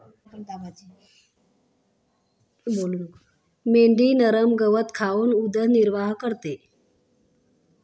मेंढी नरम गवत खाऊन उदरनिर्वाह करते